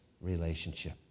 relationship